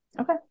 Okay